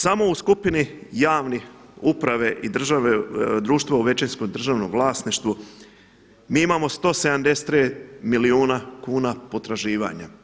Samo u skupini javne uprave i države društva u većinskom državnom vlasništvu mi imamo 173 milijuna kuna potraživanja.